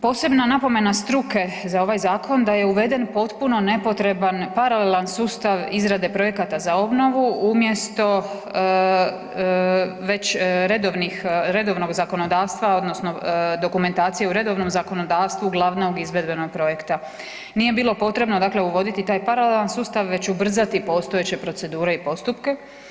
Posebna napomena struke za ovaj Zakon, da je uveden potpuno nepotreban paralelan sustav izrade projekata za obnovu umjesto već redovnih, redovnog zakonodavstva odnosno dokumentacije u redovnom zakonodavstvu glavnog izvedbenog projekta, nije bilo potrebno dakle uvoditi taj paralelan sustav već ubrzati postojeće procedure i postupke.